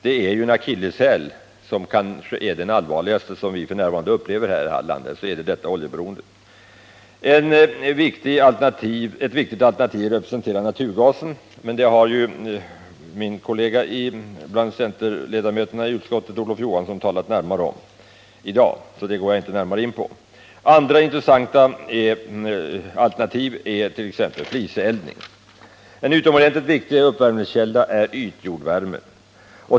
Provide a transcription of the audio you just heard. Detta är en akilleshäl — kanske den allvarligaste vi har i detta land i dag. Ett viktigt alternativ är naturgasen. Om denna har min centerkollega i utskottet, Olof Johansson, talat närmare, så den saken går jag inte in på. Ett annat intressant alternativ är fliseldning. En utomordentligt viktig uppvärmningskälla är ytjordvärmen.